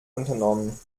unternommen